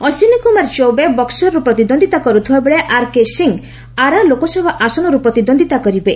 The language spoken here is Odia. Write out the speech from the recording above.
ଅଶ୍ୱିନୀ କୁମାର ଚୌବେ ବକ୍ୱର୍ରୁ ପ୍ରତିଦ୍ୱନ୍ଦ୍ୱିତା କର୍ଥିବାବେଳେ ଆର୍କେ ସିଂ ଆରା ଲୋକସଭା ଆସନରୁ ପ୍ରତିଦ୍ୱନ୍ଦିତା କରିବେ